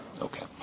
Okay